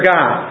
God